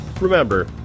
Remember